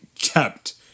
kept